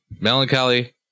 Melancholy